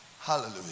Hallelujah